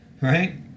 right